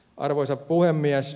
arvoisa puhemies